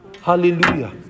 Hallelujah